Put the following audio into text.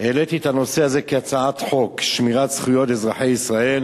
העליתי את הנושא הזה כהצעת חוק: שמירת זכויות אזרחי ישראל